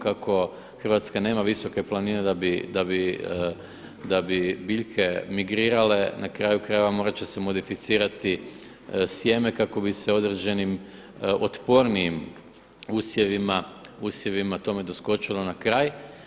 Kako Hrvatska nema visoke planine da bi biljke migrirale na kraju krajeva morat će se modificirati sjeme kako bi se određenim otpornijim usjevima tome doskočilo na kraj.